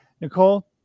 Nicole